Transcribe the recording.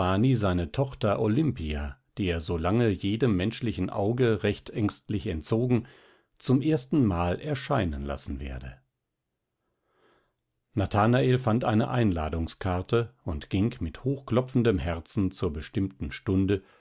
seine tochter olimpia die er so lange jedem menschlichen auge recht ängstlich entzogen zum erstenmal erscheinen lassen werde nathanael fand eine einladungskarte und ging mit hochklopfendem herzen zur bestimmten stunde